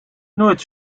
nooit